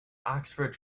oxford